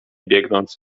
biegnąc